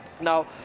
Now